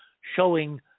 showing